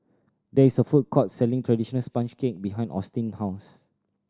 there is a food court selling traditional sponge cake behind Austyn house